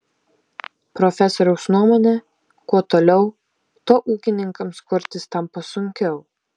profesoriaus nuomone kuo toliau tuo ūkininkams kurtis tampa sunkiau